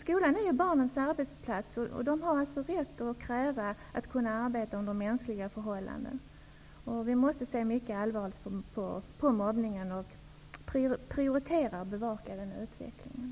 Skolan är ju barnens arbetsplats, och barnen har rätt att kräva att få arbeta under mänskliga förhållanden. Vi måste se mycket allvarligt på mobbningen, prioritera den frågan och bevaka utvecklingen.